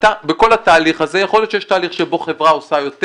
שבכל התהליך הזה יכול להיות שיש תהליך שבו חברה עושה יותר,